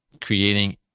creating